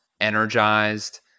energized